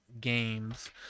games